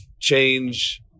change